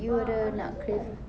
mm you ada nak crave